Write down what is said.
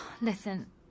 Listen